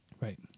right